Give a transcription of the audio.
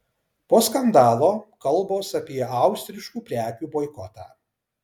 po skandalo kalbos apie austriškų prekių boikotą